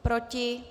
Proti?